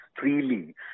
freely